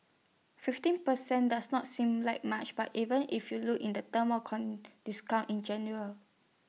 fifteen per cent does not sing like much but even if you look in the term discount in general